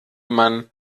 man